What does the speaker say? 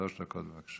שלוש דקות, בבקשה.